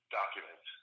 document